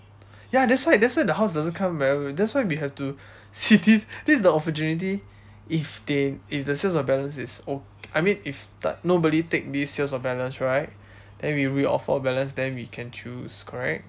ya that's why that's why the house doesn't come whenever that's why we have to see this this is the opportunity if they if the sales of balance is oka~ I mean if t~ nobody take this sales of balance right then we re-offer our balance then we can choose correct